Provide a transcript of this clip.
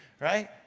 right